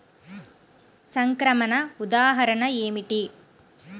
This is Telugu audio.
సంక్రమణ ఉదాహరణ ఏమిటి?